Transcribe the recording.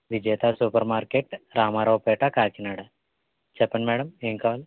విజేత supermarket Ramaraopeta Kakinada చెప్పండి madam ఏం కావాలి